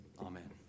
amen